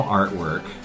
artwork